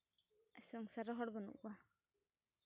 ᱥᱚᱝᱥᱟᱨ ᱨᱮ ᱦᱚᱲ ᱵᱟᱹᱱᱩᱜ ᱠᱚᱣᱟ